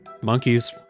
monkeys